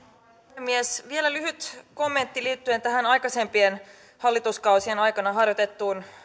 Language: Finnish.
puhemies vielä lyhyt kommentti liittyen tähän aikaisempien hallituskausien aikana harjoitettuun